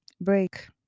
break